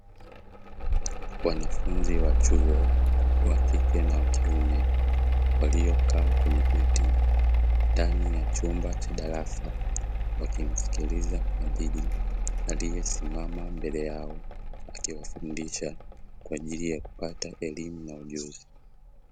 Wanafunzi wa chuo( wa kike na wa kiume) waliokaa kwenye viti ndani ya chumba cha darasa, wakimsikiliza mhadhiri aliyesimama mbele yao akiwafundisha kwa ajili ya kupata elimu na ujuzi.